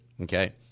okay